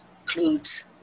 includes